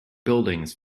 buildings